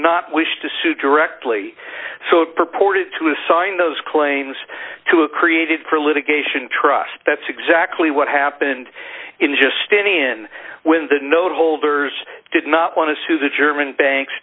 not wish to sue directly so it purported to assign those claims to a created for litigation trust that's exactly what happened in just in when the note holders did not want to sue the german banks